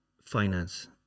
finance